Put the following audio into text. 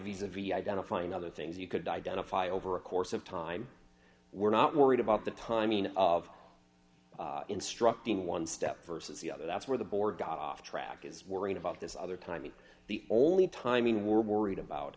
viz a viz identifying other things you could identify over a course of time we're not worried about the timing of instructing one step versus the other that's where the board got off track is worrying about this other time and the only timing we're worried about